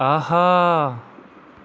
آہا